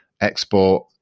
export